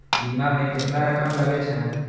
बीमा में केतना रकम लगे छै?